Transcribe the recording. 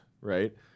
right